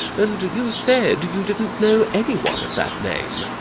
and you said you didn't know any one of that name.